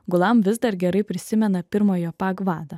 gulam vis dar gerai prisimena pirmojo pag vadą